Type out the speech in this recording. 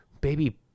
baby